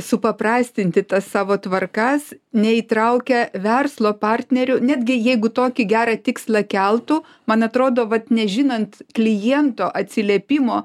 supaprastinti tas savo tvarkas neįtraukę verslo partnerių netgi jeigu tokį gerą tikslą keltų man atrodo vat nežinant kliento atsiliepimo